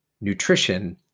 nutrition